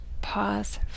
pause